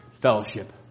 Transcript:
fellowship